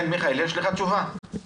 מיכאל, יש לך תשובה?